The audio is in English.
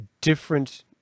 different